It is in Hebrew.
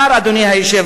אדוני היושב-ראש,